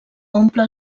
omple